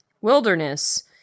wilderness